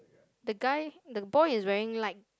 the guy the boy is wearing light